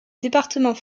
département